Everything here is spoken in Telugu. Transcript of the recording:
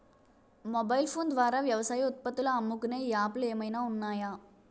మొబైల్ ఫోన్ ద్వారా వ్యవసాయ ఉత్పత్తులు అమ్ముకునే యాప్ లు ఏమైనా ఉన్నాయా?